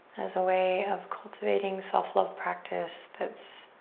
as a way of cultivating self love practice that's